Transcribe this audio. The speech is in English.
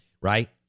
right